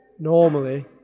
Normally